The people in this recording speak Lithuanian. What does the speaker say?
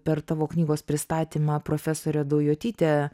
per tavo knygos pristatymą profesorė daujotytė